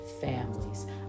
families